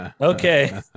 Okay